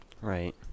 Right